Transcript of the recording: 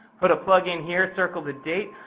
put a plug in here, circle the date.